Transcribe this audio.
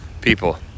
people